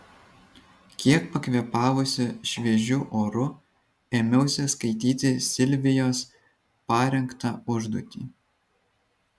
kiek pakvėpavusi šviežiu oru ėmiausi skaityti silvijos parengtą užduotį